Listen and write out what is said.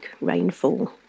rainfall